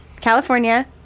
California